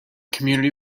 community